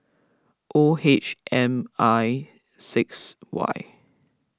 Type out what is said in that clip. O H M I six Y